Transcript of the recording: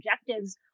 objectives